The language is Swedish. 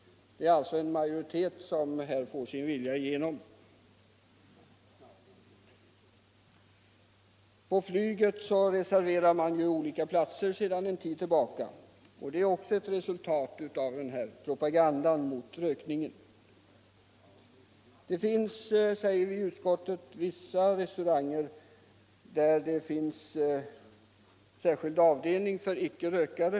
Det är alltså en majoritet som nu får sin vilja igenom. På flyget reserverar man olika platser för rökare och icke-rökare sedan en tid tillbaka. Det är också ett resultat av propagandan mot rökningen. Det finns, säger utskottet, vissa restauranger som har särskilda avdelningar för icke-rökare.